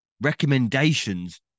recommendations